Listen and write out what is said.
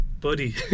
buddy